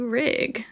rig